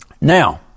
Now